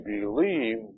believe